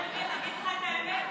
מרגי, אגיד לך את האמת.